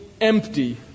empty